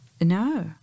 No